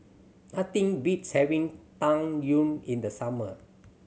nothing beats having Tang Yuen in the summer